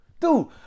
Dude